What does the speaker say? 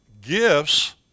Gifts